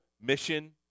mission